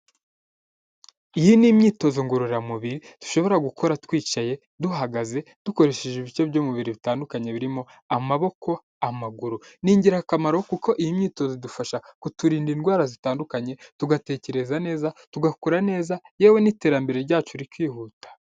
Iyi ni imyitozo ngororamubiri dushobora gukora twicaye, duhagaze dukoresheje ibice by'umubiri bitandukanye birimo amaboko, amaguru, n'girakamaro kuko iyi myitozodufasha kuturinda indwara zitandukanye tugatekereza neza, tugakura neza, yewe n'iterambere ryacu rikihuta.